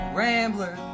rambler